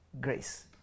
grace